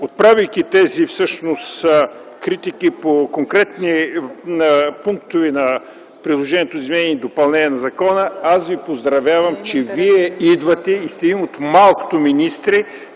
отправяйки тези критики по конкретни пунктове на предложението за изменение и допълнение на закона, аз Ви поздравявам, че вие идвате и сте един от малкото министри,